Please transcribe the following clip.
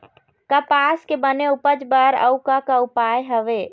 कपास के बने उपज बर अउ का का उपाय हवे?